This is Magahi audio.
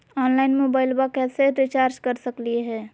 ऑनलाइन मोबाइलबा कैसे रिचार्ज कर सकलिए है?